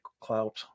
clout